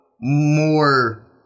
more